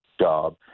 job